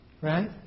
Right